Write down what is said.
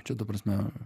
čia ta prasme